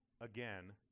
again